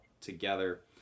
together